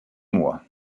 mois